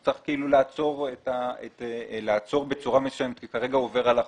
הוא צריך לעצור בצורה מסוימת כי כרגע הוא עובר על החוק.